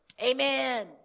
amen